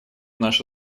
нашу